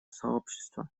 сообщества